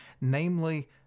namely